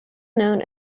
known